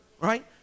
Right